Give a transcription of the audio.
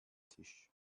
tisch